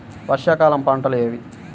వర్షాకాలం పంటలు ఏవి?